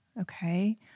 okay